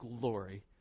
glory